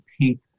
pink